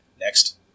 Next